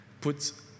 puts